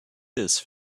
this